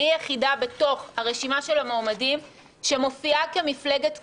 אני היחידה בתוך הרשימה של המועמדים שמופיעה כמפלגת כולנו.